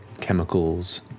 chemicals